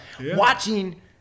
watching